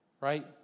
Right